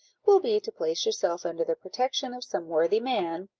will be to place yourself under the protection of some worthy man,